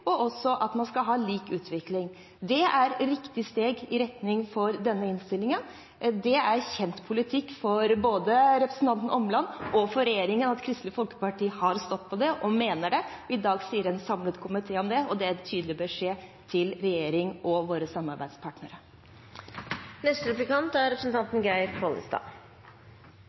og også at man skal ha lik utvikling. Det er riktig steg og retning for denne innstillingen. Det er kjent politikk for både representanten Omland og regjeringen at Kristelig Folkeparti har stått på det og mener det. I dag sier en samlet komité dette, og det er en tydelig beskjed til regjeringen og våre samarbeidspartnere. Årets jordbruksoppgjer aukar, ifølgje proposisjonen, inntektsforskjellane med 2 000 kr. Difor er